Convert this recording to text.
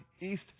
East